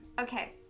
okay